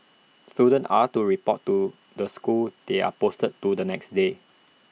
students are to report to the school they are posted to the next day